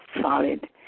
solid